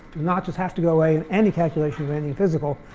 notches have to go away in any calculation of any physical,